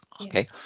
Okay